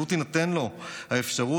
שלו תינתן לו האפשרות,